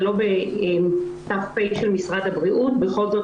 זה לא בת"פ של משרד הבריאות אבל בכל זאת